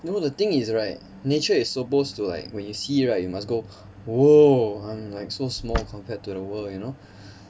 no the thing is right nature is supposed to like when you see right you must go !whoa! I'm like so small compared to the world you know